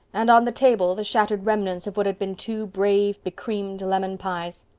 and on the table the shattered remnants of what had been two brave, becreamed lemon pies.